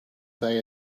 they